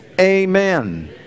amen